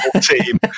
team